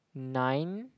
nine